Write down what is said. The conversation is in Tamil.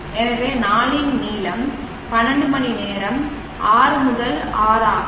எனவே நாளின் நீளம் 12 மணிநேரம் 6 முதல் 6 ஆகும்